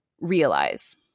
realize